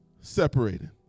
Separated